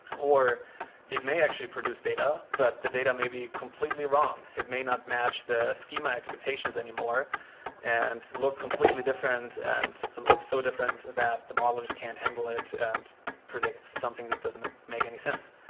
or it may actually produce data, but the data may be completely wrong. it may not match the schema expectations anymore and look completely different and and looks so different that the models can't handle it and predict something that doesn't make any sense.